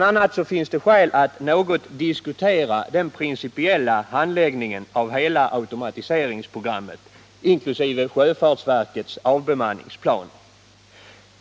a. finns det skäl att något diskutera den principiella handläggningen av hela automatiseringsprogrammet, inkl. sjöfartsverkets avbemanningsplan.